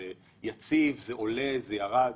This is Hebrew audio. זה יציב, זה עולה, זה ירד?